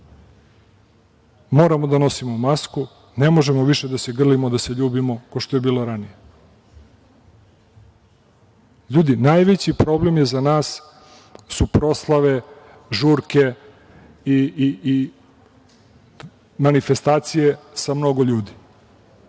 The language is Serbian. Moramo da nosimo masku, ne možemo više da se grlimo, da se ljubimo kao što je bilo ranije. Ljudi, najveći problem za nas su proslave, žurke i manifestacije sa mnogo ljudi